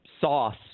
sauce